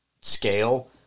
scale